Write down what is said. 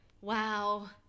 wow